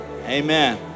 Amen